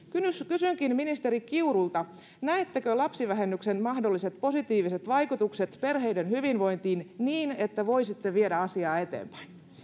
kysynkin ministeri kiurulta näettekö lapsivähennyksen mahdolliset positiiviset vaikutukset perheiden hyvinvointiin niin että voisitte viedä asiaa eteenpäin